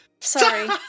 Sorry